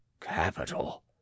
capital